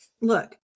look